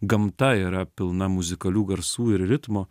gamta yra pilna muzikalių garsų ir ritmo